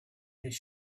his